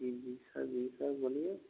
जी जी सर जी सर बोलिए